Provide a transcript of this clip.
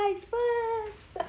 first